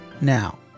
now